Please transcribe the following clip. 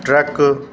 truck